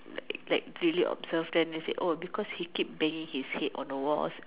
like really observed then they said oh because he keep banging his head on the walls